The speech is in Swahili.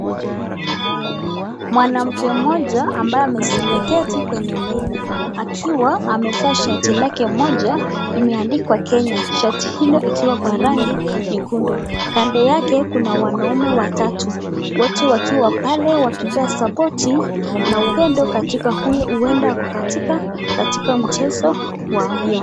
Mwanamke mmoja ambaye ameketi kwenye meli akiwa amevaa shati lake moja imeandikwa kenya shati hilo ikiwa kwa rangi nyekundu. Kando yake kuna wanaume watatu wote wakiwa pale wakimpea sapoti na upendo huenda ako katika mchezo wa hiyo.